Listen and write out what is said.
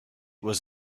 was